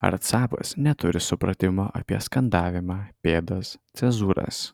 arcabas neturi supratimo apie skandavimą pėdas cezūras